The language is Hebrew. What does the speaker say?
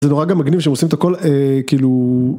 זה נורא גם מגניב שעושים את הכל כאילו.